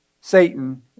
Satan